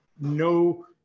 no